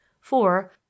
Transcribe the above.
four